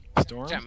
Storm